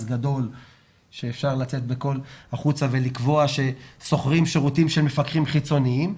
גדול שאפשר לצאת החוצה ולקבוע ששוכרים שירותים של מפקחים חיצוניים.